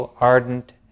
ardent